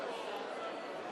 חבר הכנסת וקנין,